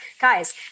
Guys